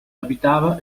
abitava